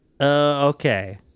okay